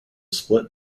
split